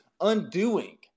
undoing